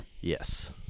Yes